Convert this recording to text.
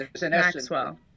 Maxwell